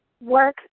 work